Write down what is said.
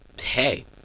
Hey